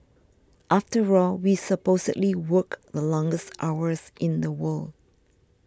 after all we supposedly work the longest hours in the world